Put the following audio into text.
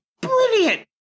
brilliant